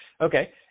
Okay